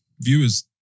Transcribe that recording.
Viewers